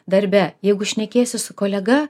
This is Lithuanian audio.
darbe jeigu šnekiesi su kolega